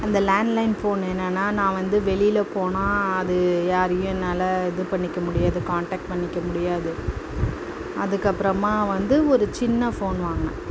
அந்த landline phone என்னென்னா நான் வந்து வெளியில் போனால் அது யாரையும் என்னால் இது பண்ணிக்க முடியாது காண்டெக்ட் பண்ணிக்க முடியாது அதுக்கப்புறமா வந்து ஒரு சின்ன ஃபோன் வாங்கினேன்